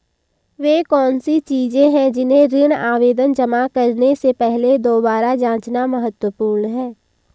वे कौन सी चीजें हैं जिन्हें ऋण आवेदन जमा करने से पहले दोबारा जांचना महत्वपूर्ण है?